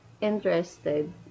interested